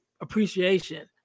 appreciation